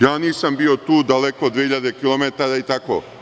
Ja nisam bio tu, daleko, 2000 km i tako.